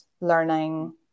learning